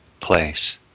place